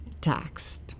taxed